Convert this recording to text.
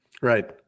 Right